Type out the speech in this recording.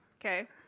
Okay